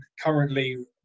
currently